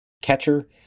Catcher